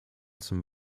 zum